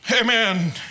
amen